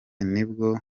nibwo